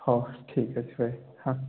ହଉ ଠିକ୍ ଅଛି ଭାଇ ହଁ